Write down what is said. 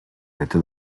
rete